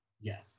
Yes